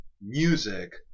music